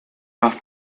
off